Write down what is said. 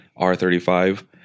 R35